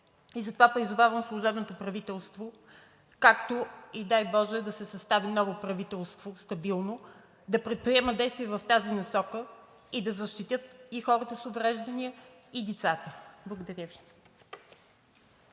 И затова призовавам служебното правителство, както и дай боже, да се състави ново стабилно правителство, да предприемат действия в тази насока и да защитят и хората с увреждания, и децата. Благодаря Ви.